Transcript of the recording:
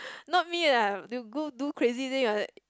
not me lah do go do crazy thing uh